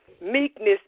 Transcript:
meekness